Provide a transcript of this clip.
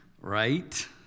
right